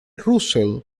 russell